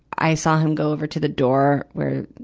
i saw him go over to the door, where,